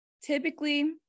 typically